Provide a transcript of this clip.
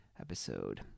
episode